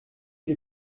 les